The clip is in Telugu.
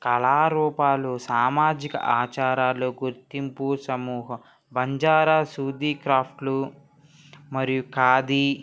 కళారూపాలు సామాజిక ఆచారాలు గుర్తింపు సమూహ బంజారా సూది క్రాఫ్ట్లు మరియు ఖాదీ